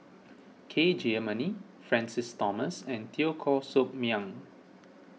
K Jayamani Francis Thomas and Teo Koh Sock Miang